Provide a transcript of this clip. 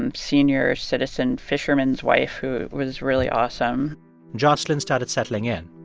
and senior citizen fisherman's wife who was really awesome jocelyn started settling in.